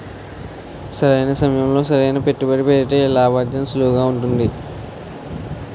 సరైన సమయంలో సరైన పెట్టుబడి పెడితే లాభార్జన సులువుగా ఉంటుంది